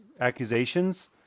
accusations